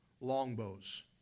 longbows